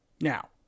now